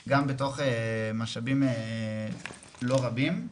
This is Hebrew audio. גם בתוך משאבים לא רבים.